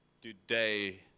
Today